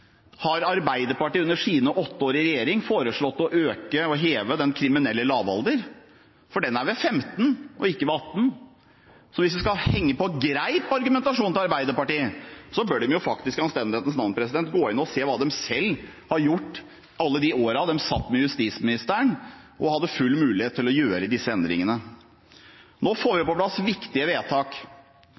Har Arbeiderpartiet under sine åtte år i regjering foreslått å øke, og heve, den kriminelle lavalder – for den er ved 15 og ikke ved 18? Så hvis argumentasjonen til Arbeiderpartiet skal henge på greip, bør de jo, i anstendighetens navn, gå inn og se hva de selv har gjort i alle de årene de satt med justisministeren og hadde full mulighet til å gjøre disse endringene. Nå får vi på plass viktige vedtak.